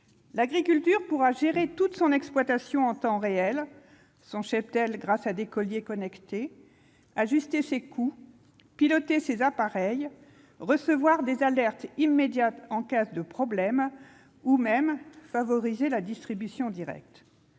L'agriculteur pourra administrer toute son exploitation en temps réel ; il pourra gérer son cheptel grâce à des colliers connectés, et il pourra ajuster ses coûts, piloter ses appareils, recevoir des alertes immédiates en cas de problème et même favoriser la distribution directe.